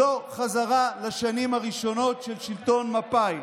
זו חזרה לשנים הראשונות של שלטון מפא"י.